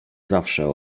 zawsze